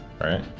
Right